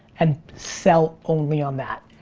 and sell only on that.